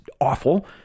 awful